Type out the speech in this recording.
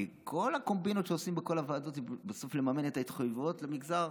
כי כל הקומבינות שעושים בכל הוועדות זה בסוף לממן את ההתחייבויות למגזר.